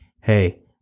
hey